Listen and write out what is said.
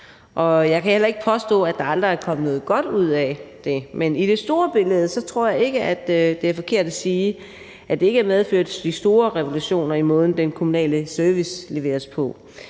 Jeg kan heller ikke påstå, at der aldrig er kommet noget godt ud af det, men i det store billede tror jeg ikke at det er forkert at sige, at det ikke medførte de store revolutioner i måden, den kommunale service leveres på.